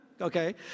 Okay